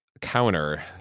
counter